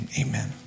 amen